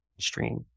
stream